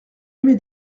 aimé